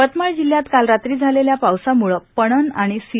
यवतमाळ जिल्ह्यात काल रात्री झालेल्या पावसामूळ पणन आणि सी